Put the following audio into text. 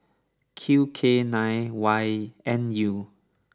Q K nine Y N U